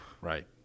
Right